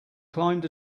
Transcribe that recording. climbed